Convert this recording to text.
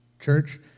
church